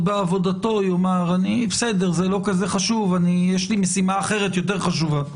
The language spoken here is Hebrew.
בעבודתו יאמר: זה לא כזה חשוב - יש לי משימה יותר חשובה.